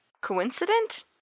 coincident